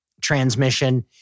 transmission